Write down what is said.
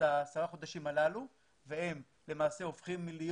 עשרת החודשים הללו והם למעשה הופכים להיות